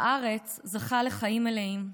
בארץ זכה לחיים מלאים,